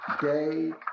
day